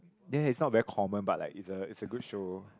there it's not very common but like it's a it's a good show